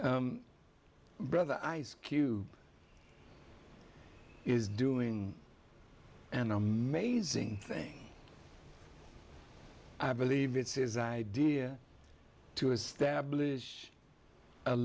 about brother ice cube is doing an amazing thing i believe it's is idea to establish a